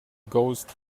ghost